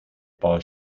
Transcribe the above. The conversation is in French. par